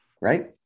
right